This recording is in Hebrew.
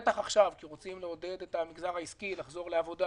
בטח עכשיו כי רוצים לעודד את המגזר העסקי לחזור לעבודה,